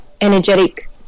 energetic